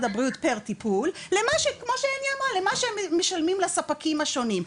הבריאות פר טיפול למה שהם משלמים לספקים השונים.